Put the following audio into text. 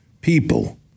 people